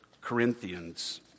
Corinthians